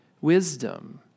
wisdom